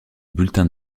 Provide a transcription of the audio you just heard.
bulletin